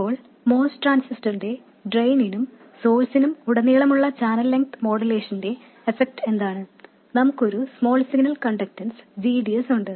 ഇപ്പോൾ MOS ട്രാൻസിസ്റ്ററിന്റെ ഡ്രെയിനിലും സോഴ്സിലും ഉടനീളമുള്ള ചാനൽ ലെങ്ത് മോഡുലേഷന്റെ എഫെക്ട് എന്താണ് നമുക്ക് ഒരു small signal conductance gd s ഉണ്ട്